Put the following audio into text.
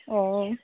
অ